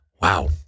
Wow